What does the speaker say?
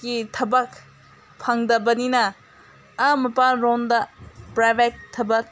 ꯀꯤ ꯊꯕꯛ ꯐꯪꯗꯕꯅꯤꯅ ꯑꯥ ꯃꯄꯥꯜꯂꯣꯝꯗ ꯄ꯭ꯔꯥꯏꯕꯦꯠ ꯊꯕꯛ